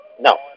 No